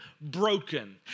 broken